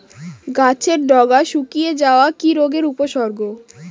গাছের ডগা শুকিয়ে যাওয়া কি রোগের উপসর্গ?